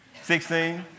16